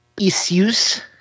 issues